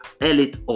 elite